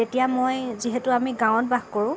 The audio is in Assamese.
তেতিয়া মই যিহেতু আমি গাৱঁত বাস কৰোঁ